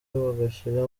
bagashyira